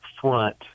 front